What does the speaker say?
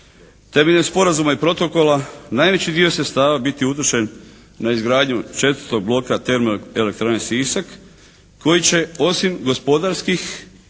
temeljem sporazuma i protokola najveći dio sredstava biti utrošen na izgradnju četvrtog bloka termoelektrane Sisak koji će osim gospodarskih